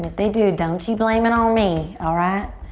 they do, don't you blame it on me. alright?